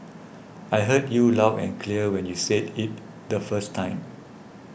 I heard you aloud and clear when you said it the first time